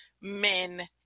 men